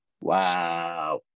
Wow